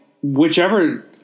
whichever